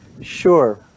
Sure